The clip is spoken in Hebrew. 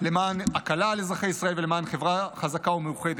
למען הקלה על אזרחי ישראל ולמען חברה חזקה ומאוחדת.